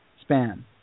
span